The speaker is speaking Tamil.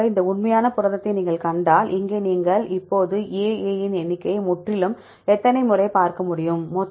அதேபோல் இந்த உண்மையான புரதத்தை நீங்கள் கண்டால் இங்கே நீங்கள் இப்போது AA இன் எண்ணிக்கையை முற்றிலும் எத்தனை முறை பார்க்க முடியும்